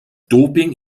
doping